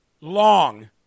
long